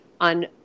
on